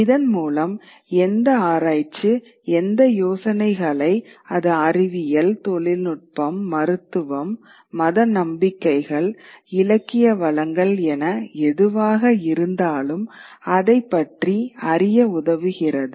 இதன் மூலம் எந்த ஆராய்ச்சி எந்த யோசனைகளை அது அறிவியல் தொழில்நுட்பம் மருத்துவம் மத நம்பிக்கைகள் இலக்கிய வளங்கள் என எதுவாக இருந்தாலும் அதைப் பற்றி அறிய உதவுகிறது